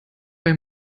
bei